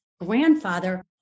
grandfather